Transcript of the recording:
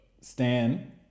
Stan